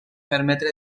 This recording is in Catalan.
permetre